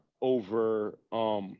over